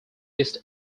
east